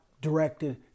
directed